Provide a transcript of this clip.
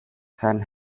can